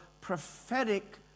prophetic